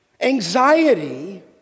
Anxiety